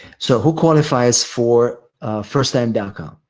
so, who qualifies for first time daca?